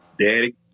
Daddy